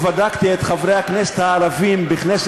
נגמר הזמן.